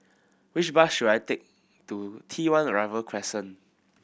which bus should I take to T One Arrival Crescent